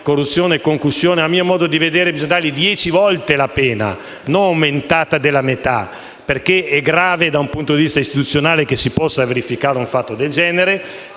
corruzione, concussione - a mio modo di vedere bisogna condannarlo a dieci volte la pena, non aumentargliela della metà. È grave dal punto di vista istituzionale che si possa verificare un fatto del genere,